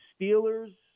Steelers